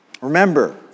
Remember